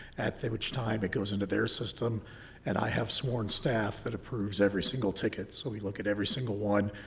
at which time it goes into their system and i have sworn staff that approves every single ticket so we look at every single one.